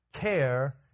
care